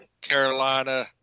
Carolina